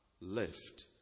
left